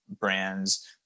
brands